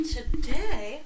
Today